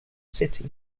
city